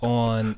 on